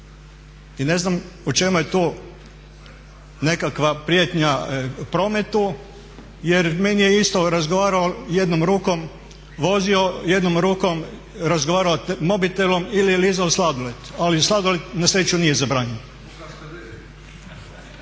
i ne znam u čemu je to nekakva prijetnja prometu? Jer meni je isto razgovarao jednom rukom, vozio jednom rukom, razgovarao mobitelom ili lizao sladoled, ali sladoled na sreću nije zabranjen.